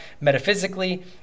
metaphysically